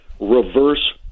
reverse